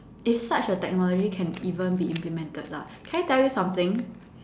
if such a technology can even be implemented lah can I tell you something